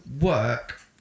work